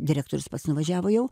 direktorius pats nuvažiavo jau